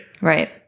Right